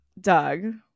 doug